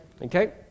Okay